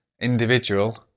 individual